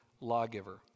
lawgiver